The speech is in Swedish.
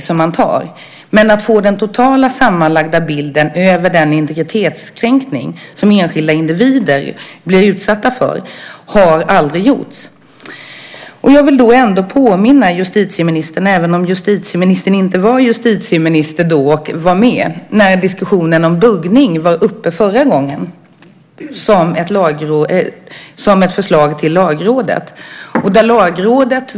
Men man har aldrig gjort en total bild över den sammanlagda integritetskränkning som enskilda individer blir utsatta för. Jag vill påminna justitieministern om, även om han inte var justitieminister då och var med, när diskussionen om buggning togs upp förra gången vid ett förslag till Lagrådet.